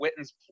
Witten's –